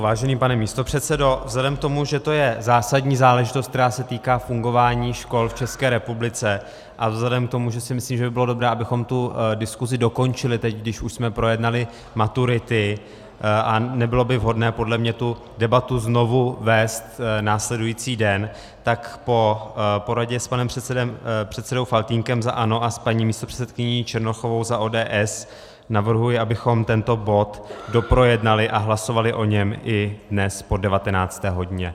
Vážený pane místopředsedo, vzhledem k tomu, že to je zásadní záležitost, která se týká fungování škol v ČR, a vzhledem k tomu, že si myslím, že by bylo dobré, abychom tu diskuzi dokončili teď, když už jsme projednali maturity, a nebylo by vhodné podle mě tu debatu znovu vést následující den, tak po poradě s panem předsedou Faltýnkem za ANO a s paní místopředsedkyní Černochovou za ODS navrhuji, abychom tento bod doprojednali a hlasovali o něm i dnes po 19. hodině.